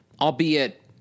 albeit